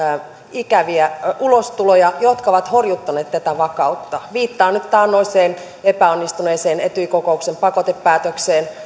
ikäviä ulostuloja jotka ovat horjuttaneet tätä vakautta viittaan nyt taannoiseen epäonnistuneeseen etyj kokouksen pakotepäätökseen